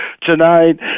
tonight